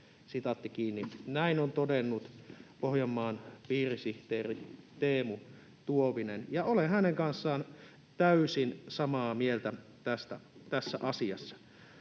Näin on todennut Pohjanmaan piirisihteeri Teemu Tuovinen. Ja olen hänen kanssaan täysin samaa mieltä tässä asiassa.